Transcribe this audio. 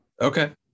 Okay